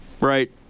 Right